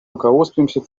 руководствуемся